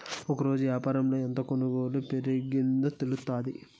ఒకరోజు యాపారంలో ఎంత కొనుగోలు పెరిగిందో తెలుత్తాది